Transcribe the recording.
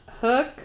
Hook